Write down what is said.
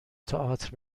تئاتر